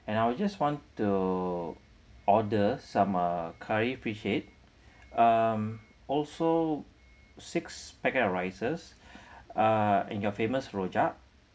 and I would just want to order some ah curry fish head um also six packet of rices ah and your famous rojak